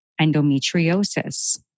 endometriosis